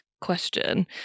question